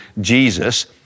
Jesus